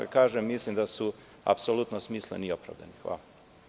Kažem, mislim da su apsolutno smisleni i opravdani.